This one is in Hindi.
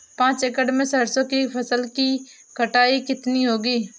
पांच एकड़ में सरसों की फसल की कटाई कितनी होगी?